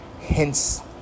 Hence